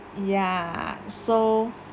ya so